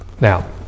Now